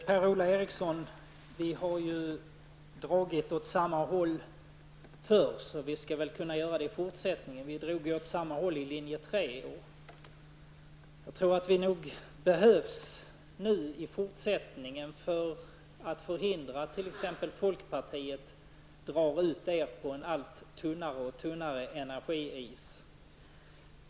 Herr talman! Vi har dragit åt samma håll förr, så vi skall väl kunna göra det i fortsättningen också, Per Ola Eriksson. Vi drog åt samma håll i linje 3, och jag tror nog att vi behövs i fortsättningen för att t.ex. förhindra att folkpartiet drar ut er centerpartister på en allt tunnare energiis.